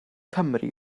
cymru